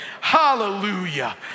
Hallelujah